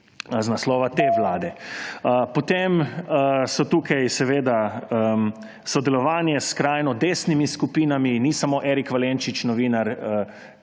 z naslova te vlade. Potem je tukaj seveda sodelovanje s skrajno desnimi skupinami. Ni samo novinar Erik Valenčič tisti,